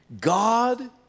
God